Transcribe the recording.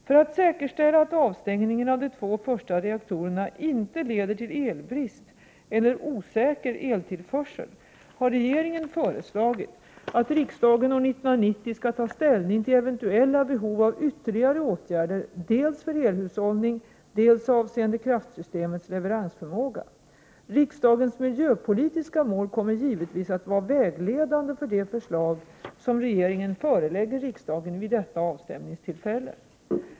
För att säkerställa att avstängningen av de två första reaktorerna inte leder till elbrist eller osäker eltillförsel, har regeringen föreslagit att riksdagen år 1990 skall ta ställning till eventuella behov av ytterligare åtgärder dels för elhushållning, dels avseende kraftsystemets leveransförmåga. Riksdagens miljöpolitiska mål kommer givetvis att vara vägledande för de förslag som regeringen förelägger riksdagen vid detta avstämningstillfälle.